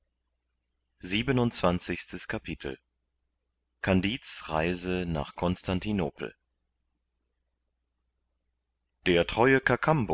siebenundzwanzigstes kapitel kandid's reise nach konstantinopel der treue